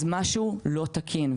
אז משהו לא תקין.